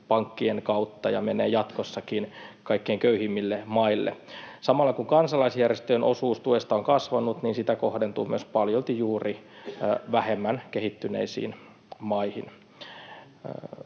kehityspankkien kautta ja menee jatkossakin kaikkein köyhimmille maille. Samalla kun kansalaisjärjestöjen osuus tuesta on kasvanut, niin sitä kohdentuu myös paljolti juuri vähemmän kehittyneisiin maihin.